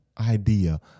idea